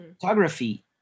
photography